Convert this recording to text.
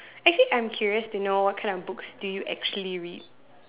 actually I'm curious to know what kind of books do you actually read